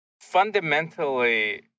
fundamentally